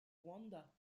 rwanda